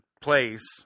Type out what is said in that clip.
place